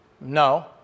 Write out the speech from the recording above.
No